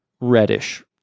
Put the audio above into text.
reddish